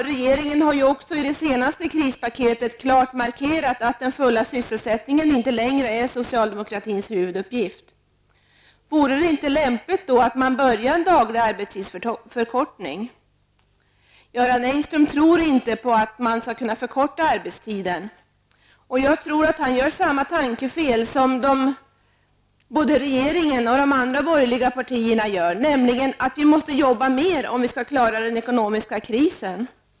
Regeringen har också i sitt senaste krispaket klart markerat att den fulla sysselsättningen inte längre är socialdemokratins huvuduppgift. Vore det inte lämpligt att just nu påbörja en arbetsdagsförkortning? Göran Engström tror inte att man skall kunna förkorta arbetstiden. Jag tror att han gör samma tankefel som både regeringen och de borgerliga partierna gör, nämligen att vi måste jobba mer om vi skall klara den ekonomiska krisen.